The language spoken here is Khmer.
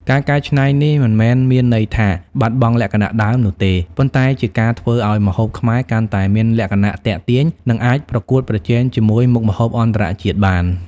ការកែច្នៃនេះមិនមែនមានន័យថាបាត់បង់លក្ខណៈដើមនោះទេ ប៉ុន្តែជាការធ្វើឲ្យម្ហូបខ្មែរកាន់តែមានលក្ខណៈទាក់ទាញ និងអាចប្រកួតប្រជែងជាមួយមុខម្ហូបអន្តរជាតិបាន។